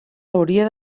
hauria